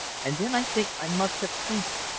and then i think i must have fainted,